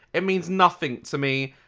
it means nothing to me.